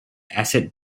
asset